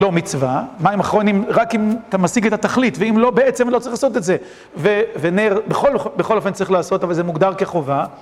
זו מצווה, מים אחרונים, רק אם אתה משיג את התכלית, ואם לא, בעצם לא צריך לעשות את זה. ונר, בכל אופן צריך לעשות, אבל זה מוגדר כחובה.